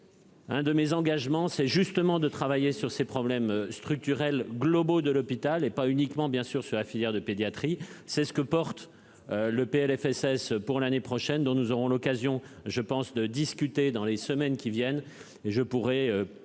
Un de mes engagements, c'est justement de travailler sur ces problèmes structurels globaux de l'hôpital et pas uniquement bien sûr sur la filière de pédiatrie, c'est ce que porte le PLFSS pour l'année prochaine, dont nous aurons l'occasion je pense de discuter dans les semaines qui viennent,